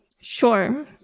Sure